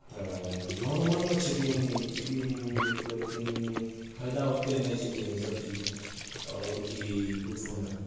तऽ नॉरमलमे छथिन तऽ ई मतलब कि फाइदा ओतेक नहि छथिन इसभ चीजमे आओर की किछो नहि